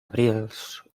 abrils